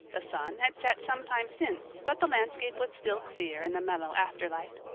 the sun had set some time since, but the landscape was still clear in the mellow afterlight.